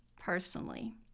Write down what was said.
personally